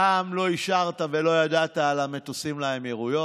פעם לא אישרת ולא ידעת על המטוסים לאמירויות.